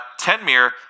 Tenmir